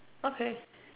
okay